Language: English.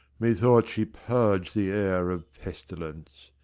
methought she purg'd the air of pestilence!